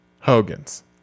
Hogan's